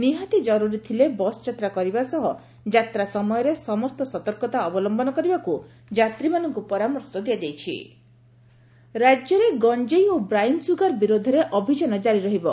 ନିହାତି କରୁରୀ ଥିଲେ ବସ୍ ଯାତ୍ରା କରିବା ସହ ଯାତ୍ରା ସମୟରେ ସମସ୍ତ ସତର୍କତା ଅବଲମ୍ନ କରିବାକୁ ଯାତ୍ରୀ ମାନଙ୍କୁ ପରାମର୍ଶ ଦିଆଯାଇଛି ଗଞେଇ ଓ ବ୍ରାଉନସ୍ରଗାର ଡିଜି ରାକ୍ୟରେ ଗଞ୍ଞେଇ ଓ ବ୍ରାଉନସୁଗାର ବିରୋଧରେ ଅଭିଯାନ ଜାରି ରହିବ